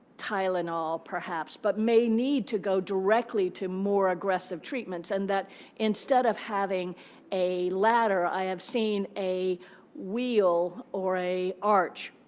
tylenol, perhaps, but may need to go directly to more aggressive treatments. and that instead of having a ladder, i have seen a wheel or an arch,